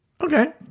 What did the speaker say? okay